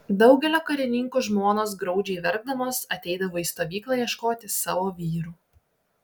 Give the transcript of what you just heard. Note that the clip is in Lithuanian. daugelio karininkų žmonos graudžiai verkdamos ateidavo į stovyklą ieškoti savo vyrų